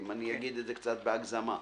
אם אומר את זה קצת בהגזמה.